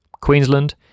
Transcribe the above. Queensland